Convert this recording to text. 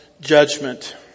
judgment